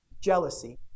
jealousy